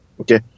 Okay